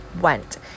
went